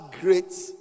great